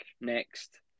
next